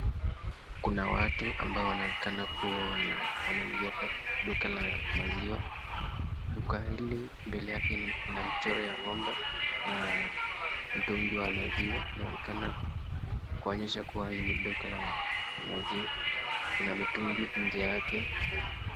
Kuna watu ambao wanaonekana kuwa wanaingia duka la maziwa duka hili mbele yake ina mchoro wa ng'ombe na mtungi wa maziwa inaonekana kuonyesha kuwa hii ni duka la maziwa, kuna mitungi nje yake.